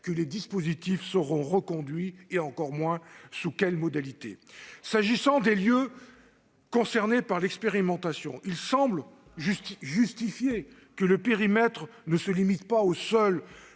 que les dispositifs seront reconduits et encore moins sous quelles modalités. S'agissant des lieux concernés par l'expérimentation, il semble justifié de ne pas limiter le périmètre aux